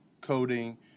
coding